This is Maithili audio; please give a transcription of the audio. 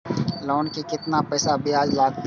लोन के केतना पैसा ब्याज लागते?